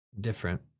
different